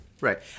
right